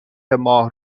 ماه